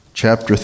chapter